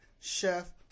Chef